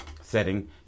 setting